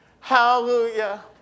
Hallelujah